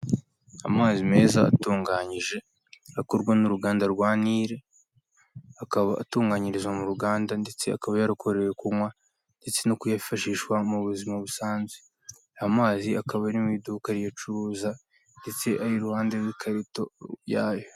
Amazi meza atunganyije akorwa n'uruganda rwa Nile akaba atunganyirizwa mu ruganda ndetse akaba yarakorewe kunywa, ndetse no kuyifashishwa mu buzima busanzwe amazi akaba ari mu iduka riyacuruza ndetse ari iruhande rw'ikarito yayo.